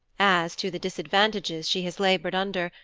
as to the disadvantages she has laboured under,